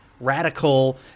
radical